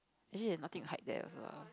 actually there nothing to hike there also ah